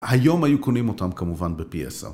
היום היו קונים אותם כמובן, בפי עשר.